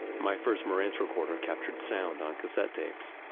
my first marantz recorder captured sound on cassette tapes.